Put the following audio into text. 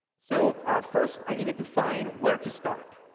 so first, i needed to find where to start.